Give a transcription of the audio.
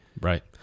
Right